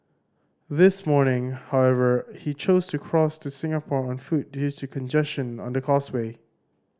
this morning however he chose to cross to Singapore on foot due to congestion on the causeway